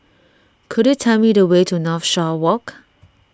could you tell me the way to Northshore Walk